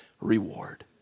reward